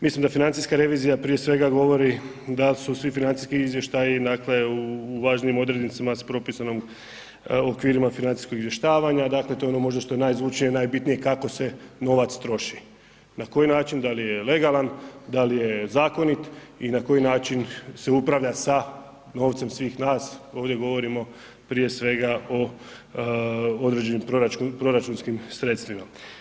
Mislim da financijska revizija prije svega govori da li su svi financijski izvještaji dakle u važnijim odrednicama sa propisanom, okvirima financijskog izvještavanja, dakle to je ono možda što je najzvučnije i najbitnije kako se novac troši, na koji način, da li je legalan, da li je zakonit i na koji način se upravlja sa novcem svih nas, ovdje govorimo prije svega o određenim proračunskim sredstvima.